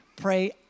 Pray